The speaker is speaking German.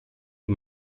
die